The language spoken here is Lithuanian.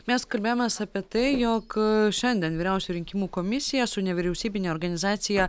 mes kalbėjomės apie tai jog šiandien vyriausioji rinkimų komisija su nevyriausybine organizacija